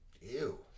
Ew